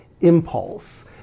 impulse